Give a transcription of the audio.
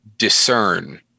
Discern